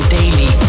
daily